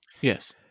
Yes